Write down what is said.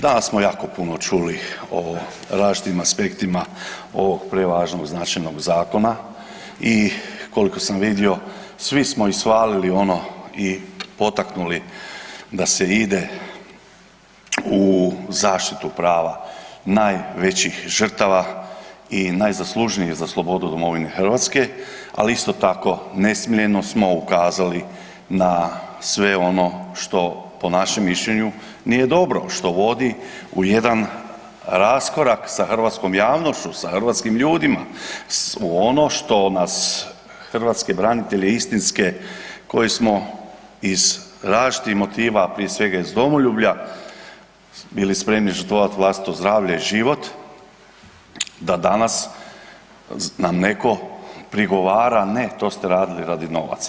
Danas smo jako puno čuli o različnim aspektima ovog prevažnog značajnog zakona i koliko sam vidio svi smo ishvalili ono i potaknuli da se ide u zaštitu prava najvećih žrtava i najzaslužnijih za slobodu domovine Hrvatske, ali isto tako nesmiljeno smo ukazali na sve ono što po našem mišljenju nije dobro, što vodi u jedan raskorak sa hrvatskom javnošću, sa hrvatskim ljudima, u ono što nas hrvatske branitelje istinske koji smo iz različitih motiva, prije svega iz domoljublja bili spremni žrtvovati vlastito zdravlje i život da danas nam neko prigovara, ne to ste radili radi novaca.